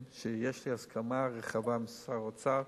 שיש לי הסכמה רחבה לגביהם עם שר האוצר,